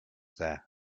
there